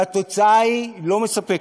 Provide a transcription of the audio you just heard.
והתוצאה היא לא מספקת.